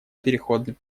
переходный